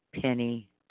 Penny